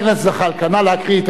נא להקריא את השאלה כפי שהיא,